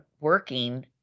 working